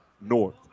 North